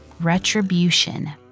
retribution